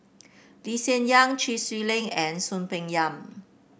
Lee Hsien Yang Chee Swee Lee and Soon Peng Yam